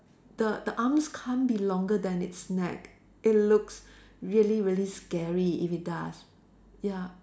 the the arms can't be longer than its neck it looks really really scary if it does ya